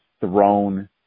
thrown